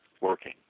working